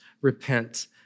repent